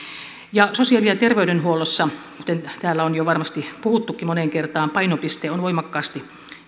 sosiaali ja terveydenhuollossa kuten täällä on jo varmasti puhuttukin moneen kertaan painopiste on voimakkaasti